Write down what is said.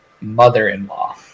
mother-in-law